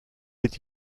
est